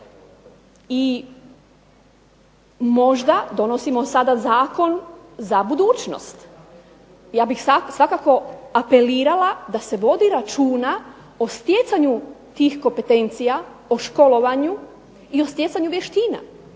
I možda donosimo sada zakon za budućnost. Ja bih svakako apelirala da se vodi računa o stjecanju tih kompetencija, o školovanju i o stjecanju vještina